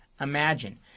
imagine